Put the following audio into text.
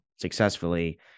successfully